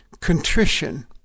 contrition